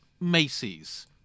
Macy's